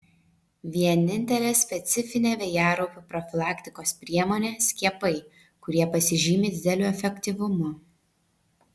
vienintelė specifinė vėjaraupių profilaktikos priemonė skiepai kurie pasižymi dideliu efektyvumu